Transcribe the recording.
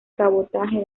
cabotaje